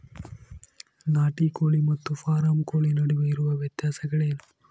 ನಾಟಿ ಕೋಳಿ ಮತ್ತು ಫಾರಂ ಕೋಳಿ ನಡುವೆ ಇರುವ ವ್ಯತ್ಯಾಸಗಳೇನು?